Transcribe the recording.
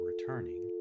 returning